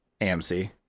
AMC